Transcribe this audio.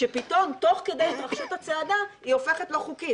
כשפתאום תוך כדי התרחשות הצעדה היא הופכת לא חוקית?